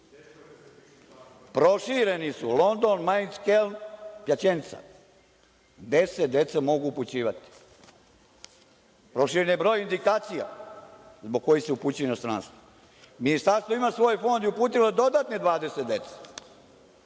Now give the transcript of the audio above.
Prošireni su London, Majnc, Keln, Pjaćenca gde se deca mogu upućivati. Proširen je broj indikacija zbog kojih se upućuju u inostranstvo. Ministarstvo ima svoj fond i uputilo je dodatne 20 dece.